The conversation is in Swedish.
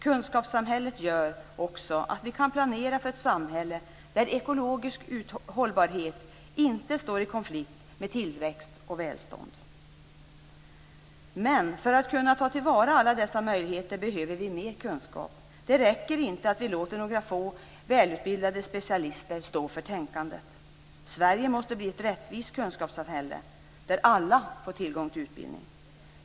Kunskapssamhället gör också att vi kan planera för ett samhälle där ekologisk hållbarhet inte står i konflikt med tillväxt och välstånd. För att kunna ta till vara alla dessa möjligheter behöver vi mer kunskap. Det räcker inte att vi låter några få välutbildade specialister stå för tänkandet. Sverige måste bli ett rättvist kunskapssamhälle, där alla får tillgång till utbildning.